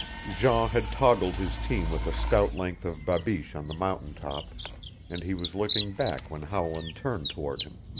jean had toggled his team with a stout length of babeesh on the mountain top and he was looking back when howland turned toward him.